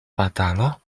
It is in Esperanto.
batalo